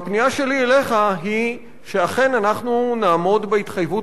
הפנייה שלי אליך היא שאכן אנחנו נעמוד בהתחייבות